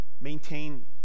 Maintain